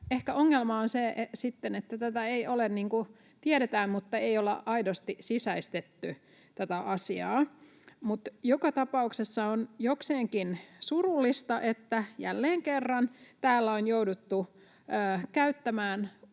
ehkä ongelma on sitten se, että tiedetään mutta ei olla aidosti sisäistetty tätä asiaa. Mutta joka tapauksessa on jokseenkin surullista, että jälleen kerran täällä on jouduttu käyttämään